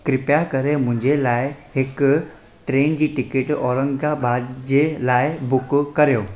कृपया करे मुंहिंजे लाइ हिकु ट्रेन जी टिकट औरंगाबाद जे लाइ बुक कयो